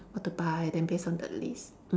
what to buy then based on that list